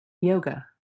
yoga